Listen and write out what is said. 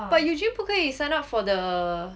but eugene 不可以 sign up for the